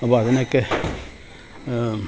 അപ്പോൾ അതിനൊക്കെ